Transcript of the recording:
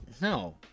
No